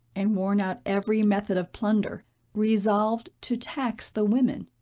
and worn out every method of plunder resolved to tax the women.